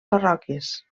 parròquies